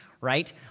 right